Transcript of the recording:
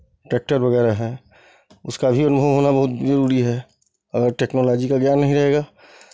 tractor वगैरह है उसका भी अनुभव होना बहुत ज़रूरी है अगर टेक्नोलॉजी का ज्ञान नहीं रहेगा